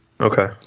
Okay